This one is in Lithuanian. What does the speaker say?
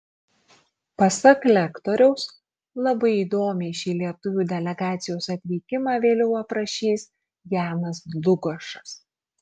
pasak lektoriaus labai įdomiai šį lietuvių delegacijos atvykimą vėliau aprašys janas dlugošas